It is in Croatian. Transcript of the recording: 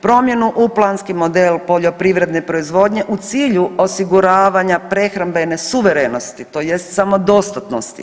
Promjenu u planski model poljoprivredne proizvodnje u cilju osiguravanja prehrambene suverenosti, tj. samodostatnosti.